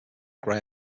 grey